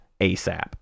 ASAP